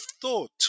thought